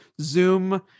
Zoom